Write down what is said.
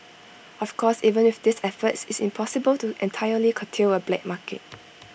of course even with these efforts IT is impossible to entirely curtail A black market